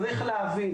צריך להבין